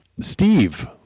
Steve